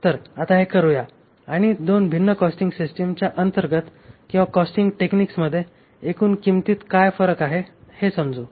तर आता हे करूया आणि 2 भिन्न कॉस्टिंग सिस्टिमच्या अंतर्गत किंवा कॉन्टीन्ग टेक्निक्समध्ये एकूण किंमतीत काय फरक आहे ते समजू